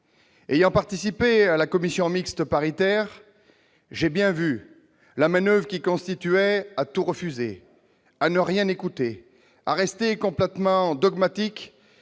Ayant participé à la commission mixte paritaire, j'ai vu à l'oeuvre la tactique qui consiste à tout refuser, à ne rien écouter, à rester complètement dogmatique,